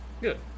Good